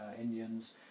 Indians